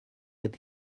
would